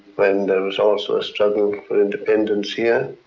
when there was also a struggle for independence here,